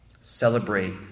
Celebrate